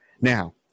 Now